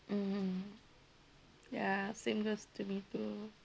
mm mm ya same goes to me too